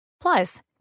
Plus